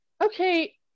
okay